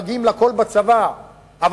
מגיעים בצבא לכול,